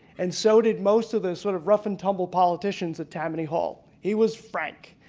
and so did most of the sort of rough and tumble politicians at tammany hall. he was frank.